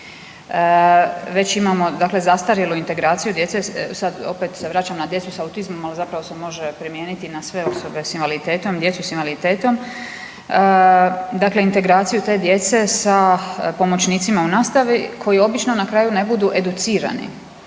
već imamo dakle zastarjelu integraciju djece, sad opet se vraćam na djecu s autizmom, ali zapravo se može primijeniti na sve osobe s invaliditetom, djecu s invaliditetom, ,dakle integraciju te djece sa pomoćnicima u nastavi koji obično na kraju ne budu educirani,